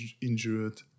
injured